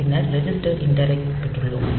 பின்னர் registered indirect பெற்றுள்ளோம்